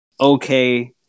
okay